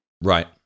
Right